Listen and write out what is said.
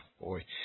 boy